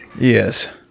Yes